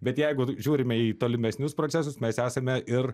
bet jeigu žiūrime į tolimesnius procesus mes esame ir